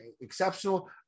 exceptional